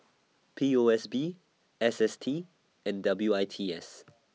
P O S B S S T and W I T S